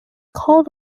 called